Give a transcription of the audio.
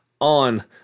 on